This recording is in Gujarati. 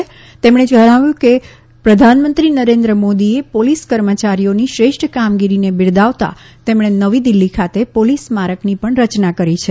અમિત શાહે જણાવ્યું કે પ્રધાનમંત્રી નરેન્દ્ર મોદીએ પોલીસ કર્મચારીઓની શ્રેષ્ઠ કામગીરીને બિરદાવતા તેમણે નવી દિલ્હી ખાતે પોલીસ સ્મારકની પણ રચના કરી છે